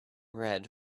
red